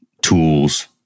tools